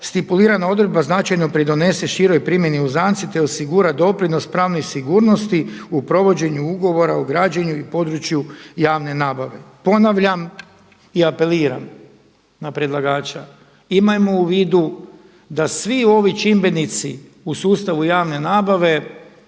stipulirana odredba značajno pridonese široj primjeni … te osigura doprinos pravnoj sigurnosti u provođenju ugovora o građenju u području javne nabave. Ponavljam, i apeliram na predlagača, imajmo u vidu da svi ovi čimbenici u sustavu javne nabave